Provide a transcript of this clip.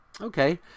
Okay